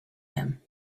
him